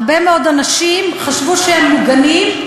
הרבה מאוד אנשים חשבו שהם מוגנים,